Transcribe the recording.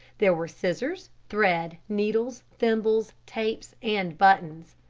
there were scissors, thread, needles, thimbles, tapes, and buttons.